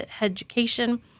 education